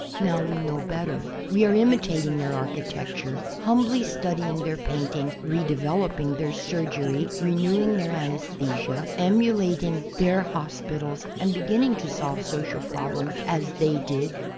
now we know better. we are imitating their architecture, humbly studying their painting, redevelc ping their surgery, renewing their anesthesia, emulating their hospitals and beginning to solve social problems as they did.